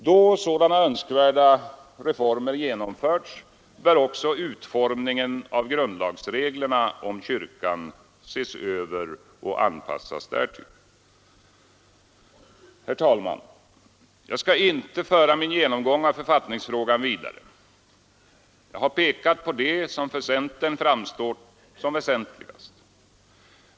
Då sådana önskvärda reformer genomförts, bör också utformningen av grundlagsreglerna om kyrkan ses över och anpassas därtill. Herr talman! Jag skall inte föra min genomgång av författningsfrågan vidare. Jag har pekat på det som för centerpartiet framstått som väsentligast.